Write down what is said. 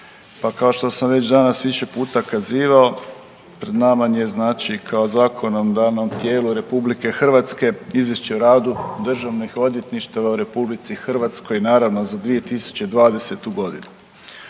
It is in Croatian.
pa kao što sam već danas više puta kazivao pred nama je kao zakonodavnom tijelu RH Izvješće o radu državnih odvjetništava u RH naravno za 2020.g.